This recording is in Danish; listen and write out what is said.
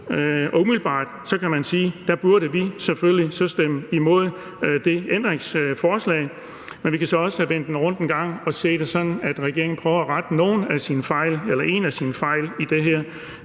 og umiddelbart kan man sige, at vi selvfølgelig der burde stemme imod det ændringsforslag. Men vi kan så også vende den rundt engang og se det sådan, at regeringen prøver at rette en af sine fejl i det her,